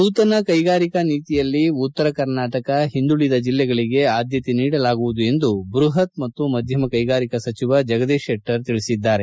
ನೂತನ ಕೈಗಾರಿಕಾ ನೀತಿಯಲ್ಲಿ ಉತ್ತರ ಕರ್ನಾಟಕಹಿಂದುಳಿದ ಜಿಲ್ಲೆಗಳಿಗೆ ಆದ್ಮತೆ ನೀಡಲಾಗುವುದು ಎಂದು ಬೃಹತ್ ಮತ್ತು ಮಧ್ಯಮ ಕೈಗಾರಿಕೆ ಸಚಿವ ಜಗದೀಶ್ ಶೆಟ್ಟರ್ ತಿಳಿಸಿದ್ದಾರೆ